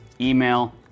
email